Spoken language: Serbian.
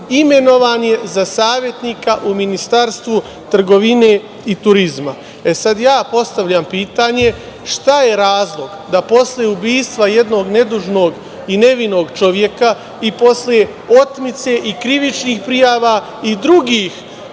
imenovan je za savetnika u Ministarstvu trgovine i turizma. Sada ja postavljam pitanje - šta je razlog da posle ubistva jednog nedužnog i nevinog čoveka i posle otmice i krivičnih prijava i drugih